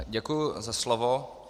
Děkuji za slovo.